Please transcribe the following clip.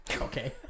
Okay